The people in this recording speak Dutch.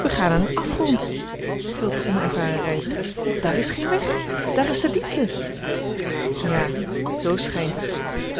we gaan in een afgrond gilt de onervaren reiziger daar is geen weg daar is de diepte ja zoo schynt het